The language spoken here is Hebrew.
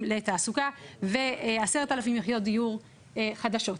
לתעסוקה ו-10,000 יחידות דיור חדשות.